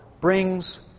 brings